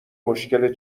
مشکل